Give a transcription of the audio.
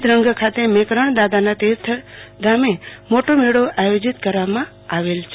ધ્રંગ ખાતે મકરણદાદાના તીર્થ ખાતે મોટો મેળો આયોજીત કરવામાં આવેલ છે